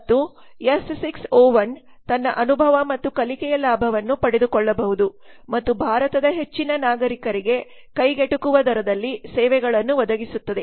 ಮತ್ತು S 6 O 1 ತನ್ನ ಅನುಭವ ಮತ್ತು ಕಲಿಕೆಯ ಲಾಭವನ್ನು ಪಡೆದುಕೊಳ್ಳಬಹುದು ಮತ್ತು ಭಾರತದ ಹೆಚ್ಚಿನ ನಾಗರಿಕರಿಗೆ ಕೈಗೆಟುಕುವ ದರದಲ್ಲಿ ಸೇವೆಗಳನ್ನು ಒದಗಿಸುತ್ತದೆ